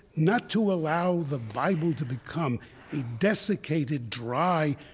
not to allow the bible to become a desiccated, dry,